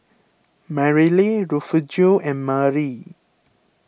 Merrily Refugio and Marie